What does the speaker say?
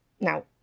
Now